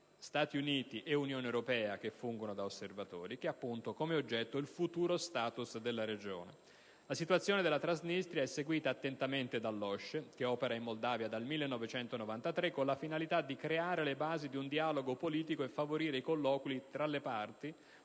Stati Uniti ed Unione europea che fungono da osservatori, che ha appunto come oggetto il futuro *status* della Regione. La situazione della Transnistria è seguita attentamente dall'OSCE, che opera in Moldova dal 1993 con la finalità di creare le basi di un dialogo politico e favorire i colloqui tra le parti,